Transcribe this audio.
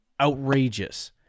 outrageous